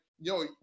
yo